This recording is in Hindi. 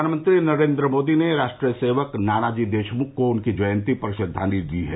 प्रधानमंत्री नरेन्द्र मोदी ने राष्ट्र सेवक नानाजी देशमुख को उनकी जयंती पर श्रद्वांजलि दी है